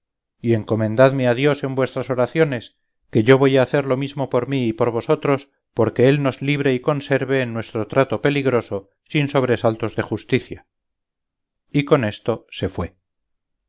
y encomendadme a dios en vuestras oraciones que yo voy a hacer lo mismo por mí y por vosotros porque él nos libre y conserve en nuestro trato peligroso sin sobresaltos de justicia y con esto se fue